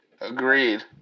Agreed